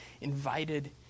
invited